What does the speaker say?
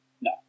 No